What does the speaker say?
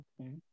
Okay